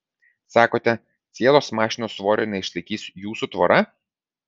sakote cielos mašinos svorio neišlaikys jūsų tvora